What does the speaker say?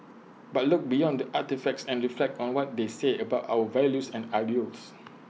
but look beyond the artefacts and reflect on what they say about our values and ideals